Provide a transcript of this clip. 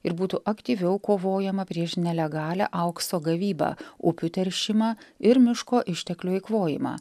ir būtų aktyviau kovojama prieš nelegalią aukso gavybą upių teršimą ir miško išteklių eikvojimą